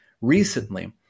recently